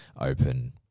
open